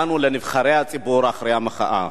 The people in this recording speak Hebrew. לנבחרי הציבור, אחרי המחאה: